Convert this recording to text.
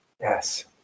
Yes